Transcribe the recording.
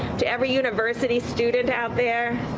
to every university student out there.